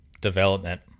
development